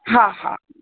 हा हा